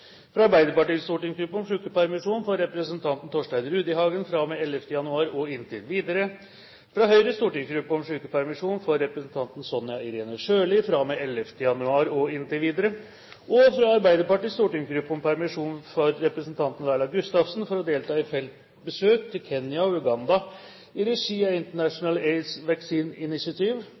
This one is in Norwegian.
fra Arbeiderpartiets stortingsgruppe om sykepermisjon for representanten Torstein Rudihagen fra og med 11. januar og inntil videre fra Høyres stortingsgruppe om sykepermisjon for representanten Sonja Irene Sjøli fra og med 11. januar og inntil videre fra Arbeiderpartiets stortingsgruppe om permisjon for representanten Laila Gustavsen for å delta i feltbesøk til Kenya og Uganda i regi av International AIDS Vaccine Initiative